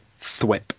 thwip